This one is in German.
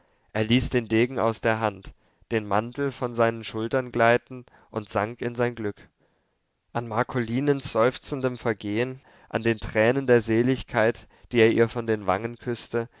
er ließ den degen aus der hand den mantel von seinen schultern gleiten und sank in sein glück an marcolinens seufzendem vergehen an den tränen der seligkeit die er ihr von den wangen küßte